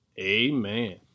amen